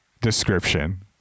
description